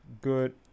good